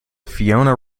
fiona